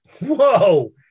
whoa